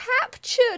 captured